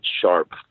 sharp